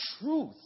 truth